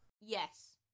Yes